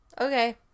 Okay